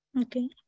Okay